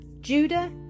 Judah